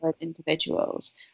individuals